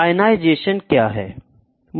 ionization क्या है